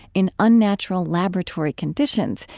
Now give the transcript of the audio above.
in unnatural laboratory conditions,